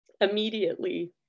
immediately